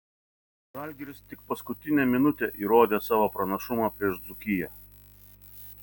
žalgiris tik paskutinę minutę įrodė savo pranašumą prieš dzūkiją